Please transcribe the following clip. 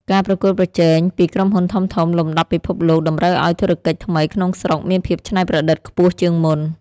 ការប្រកួតប្រជែងពីក្រុមហ៊ុនធំៗលំដាប់ពិភពលោកតម្រូវឱ្យធុរកិច្ចថ្មីក្នុងស្រុកមានភាពច្នៃប្រឌិតខ្ពស់ជាងមុន។